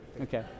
Okay